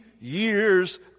years